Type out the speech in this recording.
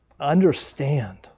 understand